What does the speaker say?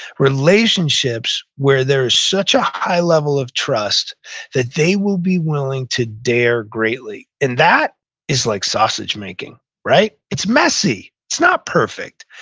relationships where there's such a high level of trust that they will be willing to dare greatly. and that is like sausage making, right? it's messy. it's not perfect.